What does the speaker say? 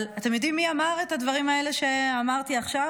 אבל אתם יודעים מי אמר את הדברים האלה שאמרתי עכשיו?